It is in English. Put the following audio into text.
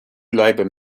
labour